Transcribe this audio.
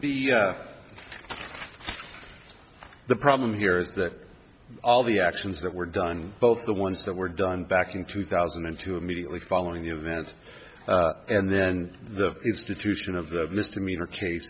her the problem here is that all the actions that were done both the ones that were done back in two thousand and two immediately following the event and then the institution of the misdemeanor case